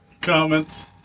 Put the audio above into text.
comments